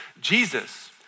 Jesus